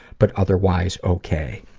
but otherwise ok.